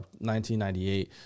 1998